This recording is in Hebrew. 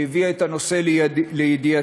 שהביאה את הנושא לידיעתי.